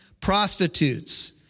prostitutes